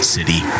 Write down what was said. City